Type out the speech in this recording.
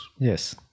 Yes